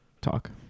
talk